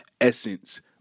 essence